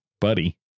Buddy